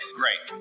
great